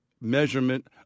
measurement